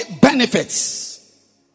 benefits